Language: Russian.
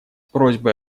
просьбой